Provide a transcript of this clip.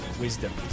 wisdom